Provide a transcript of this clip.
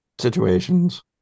situations